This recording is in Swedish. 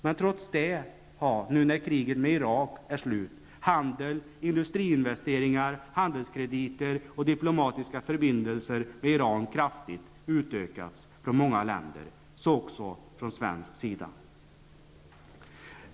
Men trots det har, nu när kriget med Irak är slut, handel, industriinvesteringar, handelskrediter och diplomatiska förbindelser med Iran kraftigt utökats från många länder, så också från svensk sida.